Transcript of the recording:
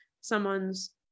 someone's